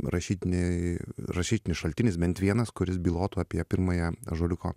rašytiniai rašytinis šaltinis bent vienas kuris bylotų apie pirmąją ąžuoliuko